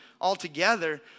altogether